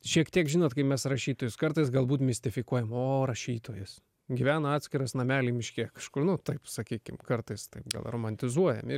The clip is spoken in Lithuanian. šiek tiek žinot kai mes rašytojus kartais galbūt mistifikuojam o rašytojas gyvena atskiras namely miške kažkur nu tarip sakykim kartais taip gal romantizuojam ir